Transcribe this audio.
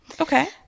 Okay